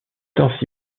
ainsi